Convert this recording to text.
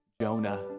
Jonah